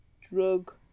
drug